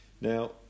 Now